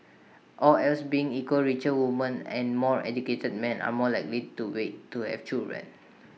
all else being equal richer woman and more educated men are more likely to wait to have children